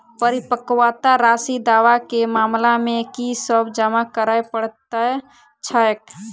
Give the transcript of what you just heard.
परिपक्वता राशि दावा केँ मामला मे की सब जमा करै पड़तै छैक?